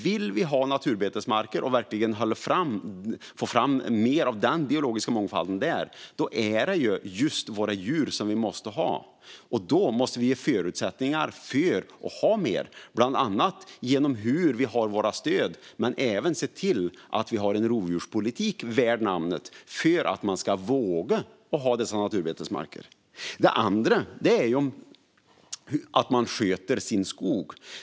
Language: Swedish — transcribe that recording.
Vill vi ha naturbetesmarker och verkligen få större biologisk mångfald där är det just våra djur vi måste ha. Då måste vi ge förutsättningar för att ha fler djur, bland annat genom våra stöd, men även se till att vi har en rovdjurspolitik värd namnet för att man ska våga ha dessa naturbetesmarker. Det andra är att man sköter sin skog.